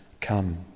come